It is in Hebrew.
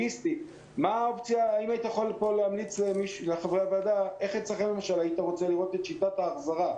יכול להמליץ לחברי הוועדה איך היית רוצה לראות את שיטת ההחזרה אצלכם?